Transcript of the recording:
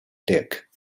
dick